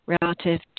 relative